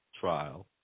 trial